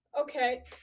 Okay